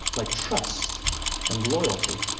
like trust and loyalty.